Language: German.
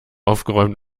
aufgeräumt